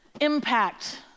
impact